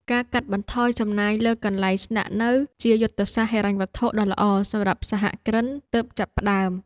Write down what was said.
ការកាត់បន្ថយចំណាយលើកន្លែងស្នាក់នៅជាយុទ្ធសាស្ត្រហិរញ្ញវត្ថុដ៏ល្អសម្រាប់សហគ្រិនទើបចាប់ផ្ដើម។